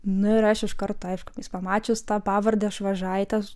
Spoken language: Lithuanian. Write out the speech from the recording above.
nu ir aš iškart aišku vis pamačius tą pavardę švažaitė